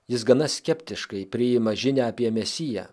jis gana skeptiškai priima žinią apie mesiją